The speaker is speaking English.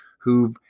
who've